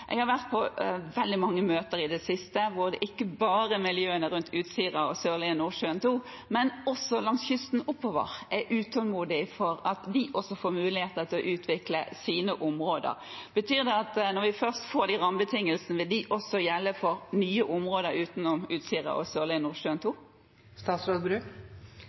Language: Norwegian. Jeg har vært på veldig mange møter i det siste, hvor de ikke bare i miljøene rundt Utsira og Sørlige Nordsjø II, men også langs kysten oppover er utålmodige etter at de også skal få mulighet til å utvikle sine områder. Betyr det at når vi først får de rammebetingelsene, vil de også gjelde for nye områder utenom Utsira